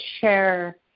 share